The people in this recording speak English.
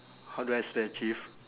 how do I spell achieve